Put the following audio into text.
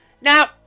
Now